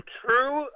true